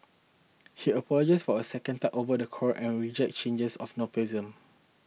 he apologised for a second time over the quarrel and rejected charges of nepotism